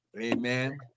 Amen